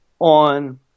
on